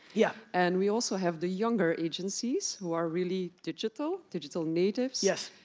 yeah. and we also have the younger agencies, who are really digital, digital natives. yes.